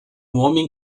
homem